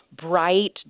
bright